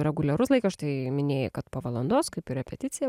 reguliarus laikas štai minėjai kad po valandos kaip ir repeticija